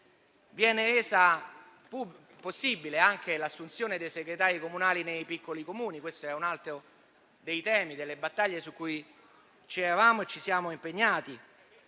Viene resa possibile anche l'assunzione dei segretari comunali nei piccoli Comuni: questo è un altro dei temi e delle battaglie su cui ci eravamo impegnati.